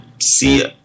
see